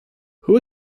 who